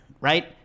right